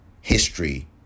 History